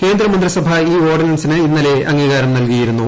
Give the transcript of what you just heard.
കേന്ദ്രമന്ത്രിസഭ ഈ ഓർഡിനൻസിന് ് ഇന്നലെ അംഗീകാരം നല്കിയിരുന്നു